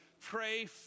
Pray